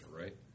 right